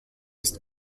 ist